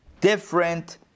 different